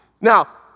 Now